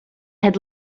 had